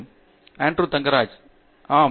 பேராசிரியர் ஆண்ட்ரூ தங்கராஜ் ஆம்